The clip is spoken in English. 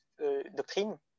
doctrine